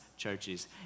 churches